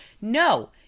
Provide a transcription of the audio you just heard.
No